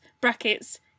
brackets